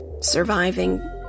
surviving